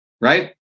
right